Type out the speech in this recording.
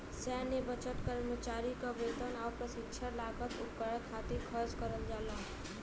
सैन्य बजट कर्मचारी क वेतन आउर प्रशिक्षण लागत उपकरण खातिर खर्च करल जाला